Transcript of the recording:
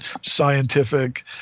scientific